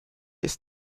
ist